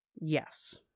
Yes